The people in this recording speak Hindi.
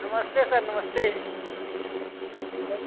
नमस्ते सर नमस्ते सर